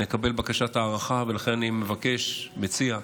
נקבל בקשת הארכה, ולכן אני מבקש, מציע,